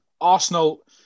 Arsenal